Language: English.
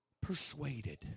persuaded